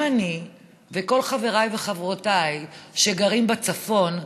על חברי הכנסת וחברות הכנסת שלנו בקשר להתנגדות לפסקת